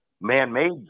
man-made